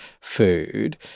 food